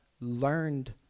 learned